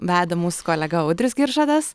veda mūsų kolega audrius giržadas